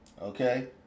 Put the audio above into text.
okay